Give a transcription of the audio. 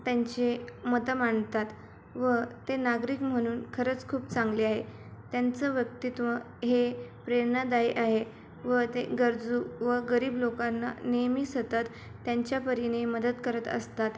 त्यांचे मतं मांडतात व ते नागरिक म्हणून खरंच खूप चांगले आहे त्यांचं व्यक्तित्व हे प्रेरणादायी आहे व ते गरजू व गरीब लोकांना नेहमी सतत त्यांच्यापरीने मदत करत असतात